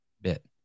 bit